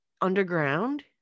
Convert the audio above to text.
underground